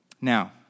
Now